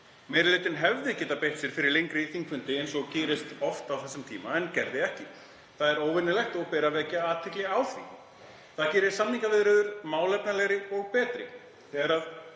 Meiri hlutinn hefði getað beitt sér fyrir lengri þingfundi, eins og gerist oft á þessum tíma, en gerði ekki. Það er óvenjulegt og ber að vekja athygli á því. Það gerir samningaviðræður málefnalegri og betri. Þegar